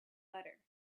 butter